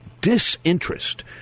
disinterest